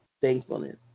thankfulness